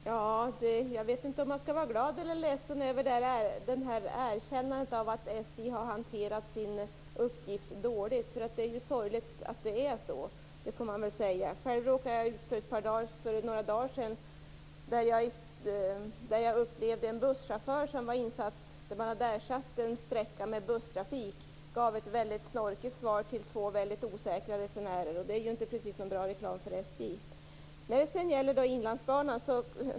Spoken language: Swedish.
Herr talman! Jag vet inte om jag skall vara glad eller ledsen över erkännandet av att SJ har hanterat sin uppgift dåligt. Det är ju sorgligt att det är så. För några dagar sedan råkade jag ut för att man vid en sträcka hade ersatt tåget med busstrafik. Busschauffören gav ett snorkigt svar till två osäkra resenärer. Det är ju inte precis någon bra reklam för SJ. Sedan var det Inlandsbanan.